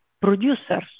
producers